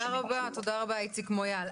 תודה רבה איציק מויאל.